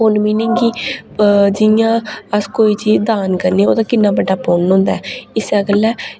पुन्न मीनिंग कि जि'यां अस कोई चीज दान करनी मतलब किन्ना बड्डा पुन्न होंदा ऐ